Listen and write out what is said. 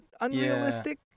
unrealistic